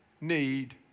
need